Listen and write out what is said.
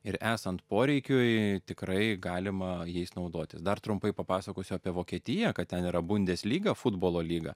ir esant poreikiui tikrai galima jais naudotis dar trumpai papasakosiu apie vokietiją kad ten yra bundesliga futbolo lyga